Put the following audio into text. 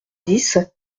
dix